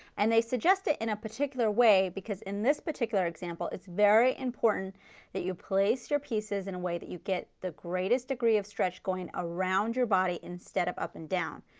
and they suggest it in a particular way because in this particular example, it's very important that you place your pieces in a way that you get the greatest degree of stretch going around your body instead of up and down.